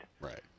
Right